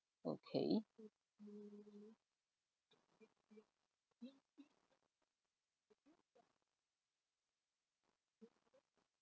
okay